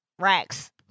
racks